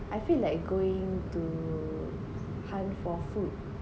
I feel like going to hunt for food